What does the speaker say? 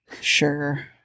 Sure